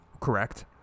Correct